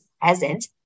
present